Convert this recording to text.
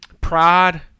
pride